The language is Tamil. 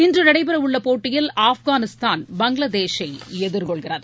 இன்று நடைபெற உள்ள போட்டியில் ஆப்கானிஸ்தான் பங்களாதேஷை எதிர்கொள்கிறது